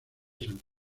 san